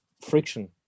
friction